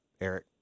Eric